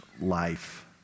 life